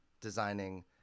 designing